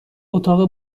اتاق